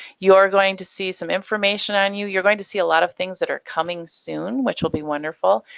you are going to see some information on you. you're going to see a lot of things that are coming soon, which will be wonderful.